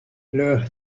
leurs